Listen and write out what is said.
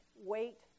Wait